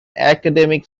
academic